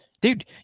dude